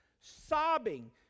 Sobbing